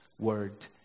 word